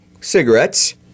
cigarettes